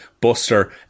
Buster